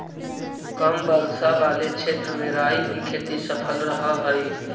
कम वर्षा वाले क्षेत्र में राई की खेती सफल रहअ हई